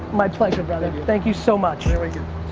my pleasure, brother, thank you so much.